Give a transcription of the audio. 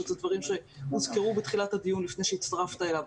שאלה דברים שהוזכרו בתחילת הדיון לפני הצטרפת אליו,